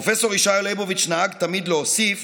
פרופ' ישעיהו ליבוביץ נהג תמיד להוסיף